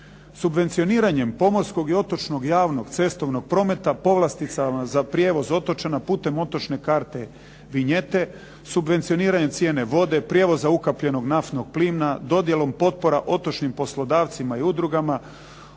Subvencioniranjem pomorskog, otočnog, javnog, cestovnog prometa povlasticama za prijevoz otočana putem otočne karte vinjete, subvencioniranjem cijene vode, prijevoza ukapljenog naftnog plina, dodjelom potpora otočnim poslodavcima i udrugama,